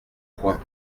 point